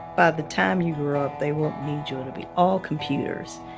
by the time you grow up they won't need you. it'll be all computers.